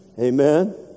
Amen